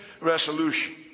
resolution